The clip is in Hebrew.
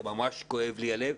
ממש כואב לי הלב.